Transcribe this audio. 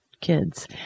kids